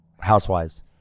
housewives